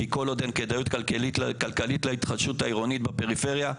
כי כל עוד אין כדאיות כלכלית להתחדשות העירונית בפריפריה,